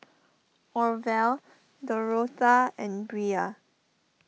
Orvel Dorotha and Brea